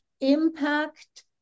impact